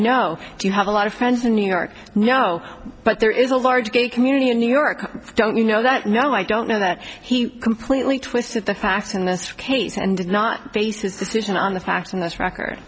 no do you have a lot of friends in new york know but there is a large gay community in new york don't you know that now i don't know that he completely twisted the facts in this case and did not base his decision on the facts on this record